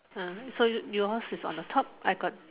so yours is on the top I got